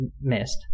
missed